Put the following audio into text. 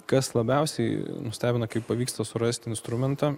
kas labiausiai nustebina kai pavyksta surasti instrumentą